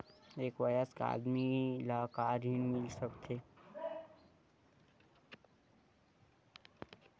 एक वयस्क आदमी ला का ऋण मिल सकथे?